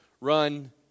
run